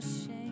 shame